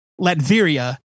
Latveria